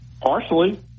Partially